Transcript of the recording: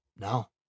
No